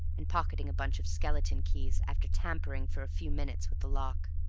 and pocketing a bunch of skeleton keys, after tampering for a few minutes with the lock.